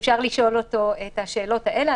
אפשר לשאול אותו את השאלות האלה.